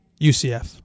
UCF